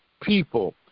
people